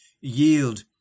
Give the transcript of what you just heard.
yield